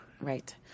right